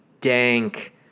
dank